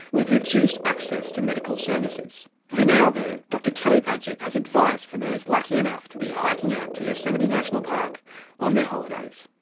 with reduced access to medical services. for now though, dr kerry padgett has advice for those lucky enough to be hiking out to yosemite national park on their holidays.